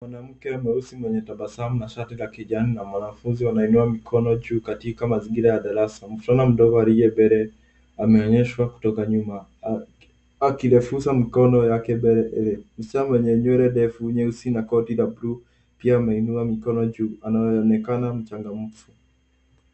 Mwanamke mweusi mwenye tabasamu na shati la kijani na mwanafunzi wanainua mikono juu katika mazingira ya darasa. Mvulana mdogo aliye mbele ameonyeshwa kutoka nyuma akirefusha mikono yake mbele. Mschana mwenye nywele ndefu nyeusi na koti la bluu pia ameinua mikono juu anayeonekana mchangamfu.